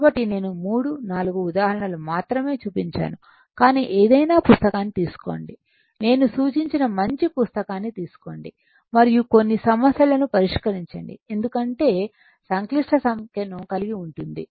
కాబట్టి నేను 3 4 ఉదాహరణలు మాత్రమే చూపించాను కానీ ఏదైనా పుస్తకాన్ని తీసుకోండి నేను సూచించిన మంచి పుస్తకాన్ని తీసుకోండి మరియు కొన్ని సమస్యలను పరిష్కరించండి ఎందుకంటే సంక్లిష్ట సంఖ్యను కలిగి ఉంటుంది